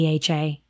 DHA